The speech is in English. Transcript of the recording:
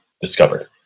discovered